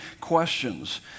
questions